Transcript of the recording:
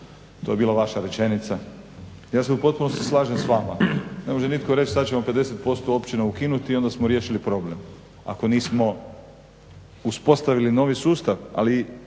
To je bila vaša rečenica. Ja se u potpunosti slažem s vama. Ne može nitko reći sad ćemo 50% općina ukinuti i onda smo riješili problem, ako nismo uspostavili novi sustav, ali i